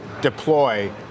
deploy